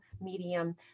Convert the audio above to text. medium